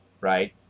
right